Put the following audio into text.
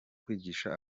kwigisha